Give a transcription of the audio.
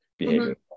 behavior